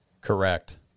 correct